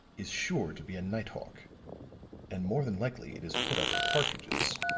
is sure to be a night-hawk and more than likely it is put up at partridge's.